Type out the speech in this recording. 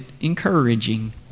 encouraging